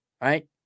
Right